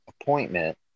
appointment